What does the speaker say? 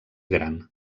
gran